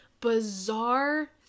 bizarre